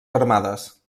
armades